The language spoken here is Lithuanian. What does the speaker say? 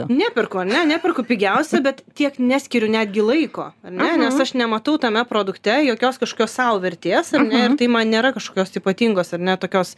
neperku ane neperku pigiausio bet tiek neskiriu netgi laiko ar ne nes aš nematau tame produkte jokios kažkokios sau vertės ar ne ir tai man nėra kažkokios ypatingos ar ne tokios